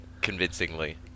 convincingly